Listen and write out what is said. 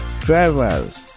drivers